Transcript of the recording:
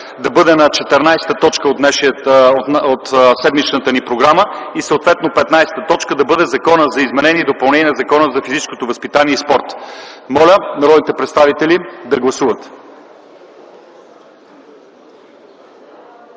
да бъде точка 14 от седмичната ни програма и съответно точка 15 да бъде Законопроектът за изменение и допълнение на Закона за физическото възпитание и спорта. Моля народните представители да гласуват.